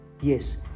Yes